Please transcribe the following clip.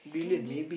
can be